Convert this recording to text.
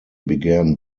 began